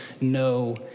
no